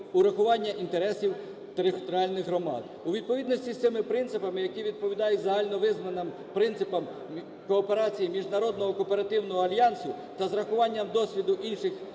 урахування інтересів територіальних громад. У відповідності з цим принципами, які відповідають загальновизнаним принципам кооперації Міжнародного кооперативного альянсу та з урахуванням досвіду інших